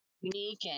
unique